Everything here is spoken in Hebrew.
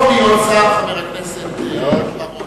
טוב היות שר, חבר הכנסת בר-און.